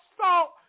salt